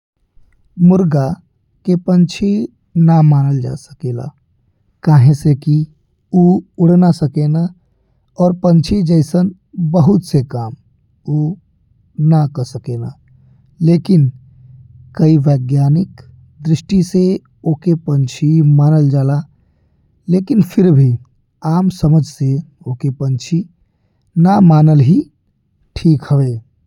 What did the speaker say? मुर्गा के पंछी ना मनल जा सकेला। काहे से कि ऊ उड़ ना सकेला और पंछी जइसन बहुत से काम ऊ ना का सकेला। लेकिन कई वैज्ञानिक दृष्टि से ओके पंछी मानल जाला, लेकिन फिर भी आम समझ से ओ के पंछी ना मानल ही ठीक हवे।